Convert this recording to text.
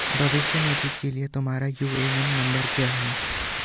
भविष्य निधि के लिए तुम्हारा यू.ए.एन नंबर क्या है?